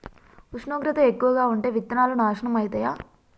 ఉష్ణోగ్రత ఎక్కువగా ఉంటే విత్తనాలు నాశనం ఐతయా?